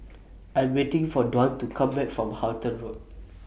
I'm waiting For Dwan to Come Back from Halton Road